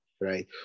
right